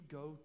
go